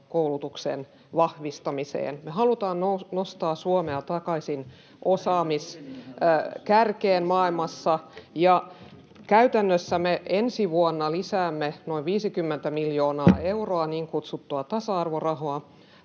jossa ministeri oli!] Haluamme nostaa Suomea takaisin osaamisen kärkeen maailmassa. Käytännössä me ensi vuonna lisäämme noin 50 miljoonaa euroa niin kutsuttua tasa-arvorahaa,